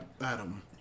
Adam